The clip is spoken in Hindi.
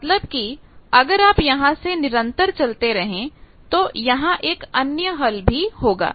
मतलब कि अगर आप यहां से निरंतर चलते रहे तो यहां एक अन्य हल भी होगा